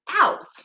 owls